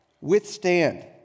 withstand